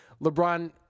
LeBron